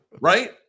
Right